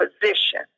position